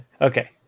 Okay